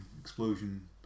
Explosion